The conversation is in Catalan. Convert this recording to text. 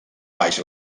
baix